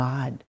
God